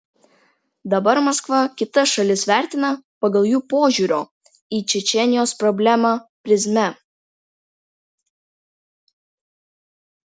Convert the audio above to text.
dabar maskva kitas šalis vertina pagal jų požiūrio į čečėnijos problemą prizmę